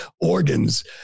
organs